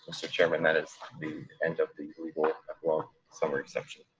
mr. chairman, that is the end of the legal epilogue summary section.